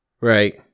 Right